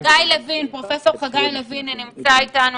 פרופ' חגי לוין נמצא איתנו,